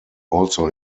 also